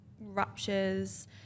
ruptures